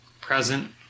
present